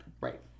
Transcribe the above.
Right